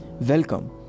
Welcome